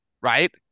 right